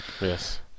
Yes